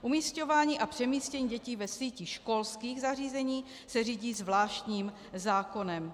Umísťování a přemísťování dětí v síti školských zařízení se řídí zvláštním zákonem.